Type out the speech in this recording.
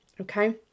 okay